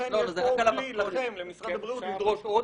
לכן יש פה כלי למשרד הבריאות לדרוש עוד.